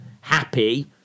happy